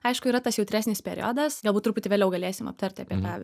aišku yra tas jautresnis periodas galbūt truputį vėliau galėsim aptarti apie tą